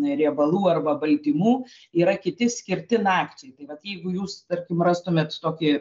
riebalų arba baltymų yra kiti skirti nakčiai tai vat jeigu jūs tarkim rastumėt tokį